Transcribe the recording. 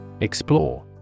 Explore